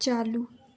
चालू